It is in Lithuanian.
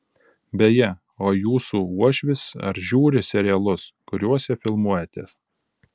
beje o jūsų uošvis ar žiūri serialus kuriose filmuojatės